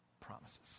promises